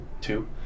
two